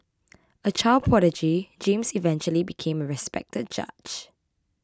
a child prodigy James eventually became a respected judge